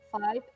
five